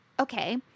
Okay